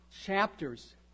chapters